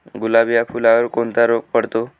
गुलाब या फुलावर कोणता रोग पडतो?